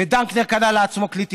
ודנקנר קנה לעצמו כלי תקשורת.